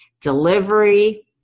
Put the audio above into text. delivery